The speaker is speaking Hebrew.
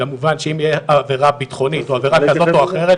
כמובן שאם תהיה עבירה ביטחונית או עבירה כזאת או אחרת,